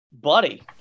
buddy